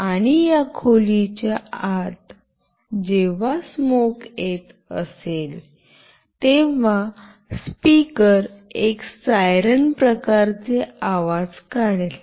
आणि या खोलीच्या आत जेव्हा स्मोक येत असेल तेव्हा स्पीकर एक सायरन प्रकारचे आवाज काढेल